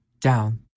down